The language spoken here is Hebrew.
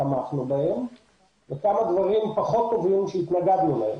תמכנו וכמה דברים פחות טובים שהתנגדנו להם.